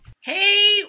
Hey